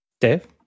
Dave